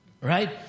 Right